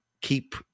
keep